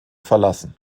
verlassen